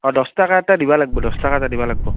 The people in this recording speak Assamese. অ' দহ টকা এটা দিব লাগিব দহ টকা এটা দিব লাগিব